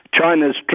China's